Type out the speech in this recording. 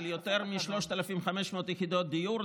של יותר מ-3,500 יחידות דיור.